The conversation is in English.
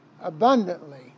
Abundantly